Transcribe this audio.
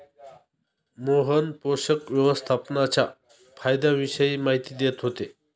मोहन पोषक व्यवस्थापनाच्या फायद्यांविषयी माहिती देत होते